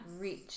reach